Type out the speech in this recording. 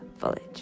village